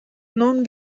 non